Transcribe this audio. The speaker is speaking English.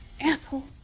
Asshole